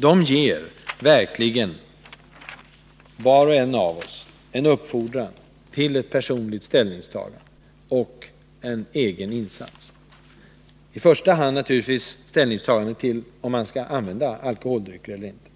Det ger verkligen en uppfordran till ett personligt ställningstagande och en egen insats— i första hand naturligtvis ställningstagandet till om man skall använda alkoholdrycker eller inte.